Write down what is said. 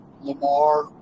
Lamar